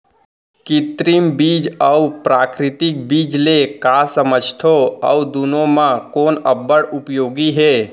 कृत्रिम बीज अऊ प्राकृतिक बीज ले का समझथो अऊ दुनो म कोन अब्बड़ उपयोगी हे?